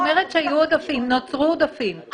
את אומרת שנוצרו עודפים,